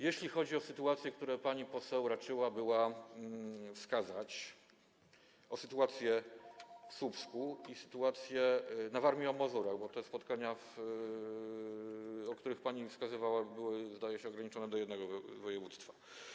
Jeśli chodzi o sytuacje, które pani poseł raczyła wskazać - o sytuację w Słupsku i sytuację na Warmii i Mazurach, bo te spotkania, o których pani mówiła, były, zdaje się, ograniczone do jednego województwa.